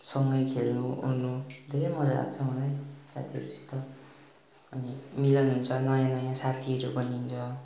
सँगै खेल्नु ओर्नु धेरै मजा लाग्छ मलाई साथीहरूसित अनि मिलन हुन्छ नयाँ नयाँ साथीहरू बनिन्छ